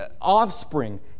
offspring